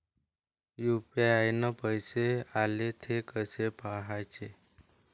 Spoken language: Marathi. यू.पी.आय न पैसे आले, थे कसे पाहाचे?